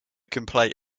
complaint